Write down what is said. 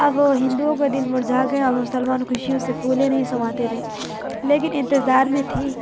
اب ہندوؤں کا دل مرجھا گیا مسلمان خوشیوں سے پھولے نہیں سماتے تھے لیکن انتظار میں تھی